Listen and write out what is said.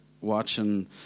watching